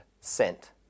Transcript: sent